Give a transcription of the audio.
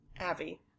Avi